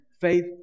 faith